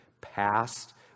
past